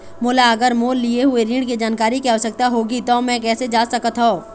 मोला अगर मोर लिए हुए ऋण के जानकारी के आवश्यकता होगी त मैं कैसे जांच सकत हव?